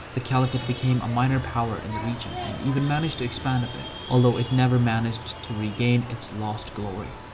the caliphate became a minor power in the region and even managed to expand a bit. although, it never managed to regain its lost glory.